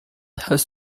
has